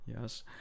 yes